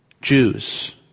Jews